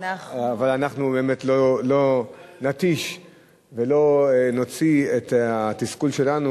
אבל אנחנו באמת לא נתיש ולא נוציא את התסכול שלנו